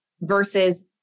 versus